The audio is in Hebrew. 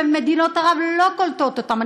ומדינות ערב לא קולטות אותם,